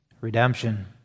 redemption